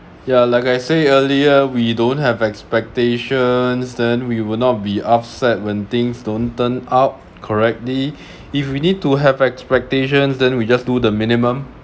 yeah like I say earlier we don't have expectations then we will not be upset when things don't turn out correctly if we need to have expectations then we just do the minimum